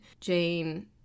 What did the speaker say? Jane